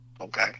Okay